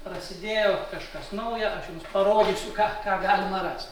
prasidėjo kažkas nauja aš jums parodysiu ką ką galima rasti